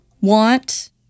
want